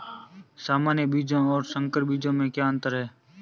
सामान्य बीजों और संकर बीजों में क्या अंतर है?